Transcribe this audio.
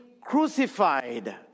crucified